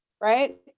right